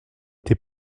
été